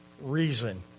reason